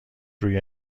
روی